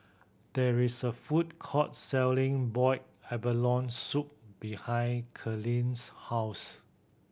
there is a food court selling boiled abalone soup behind Kalene's house